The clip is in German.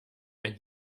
ein